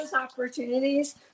Opportunities